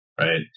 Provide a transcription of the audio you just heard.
right